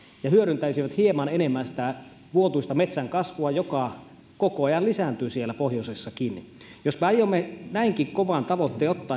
ja hyödyntäisivät hieman enemmän sitä vuotuista metsän kasvua joka koko ajan lisääntyy siellä pohjoisessakin jos me aiomme näinkin kovan tavoitteen ottaa